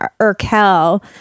urkel